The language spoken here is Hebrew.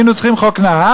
היינו צריכים את חוק נהרי?